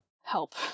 help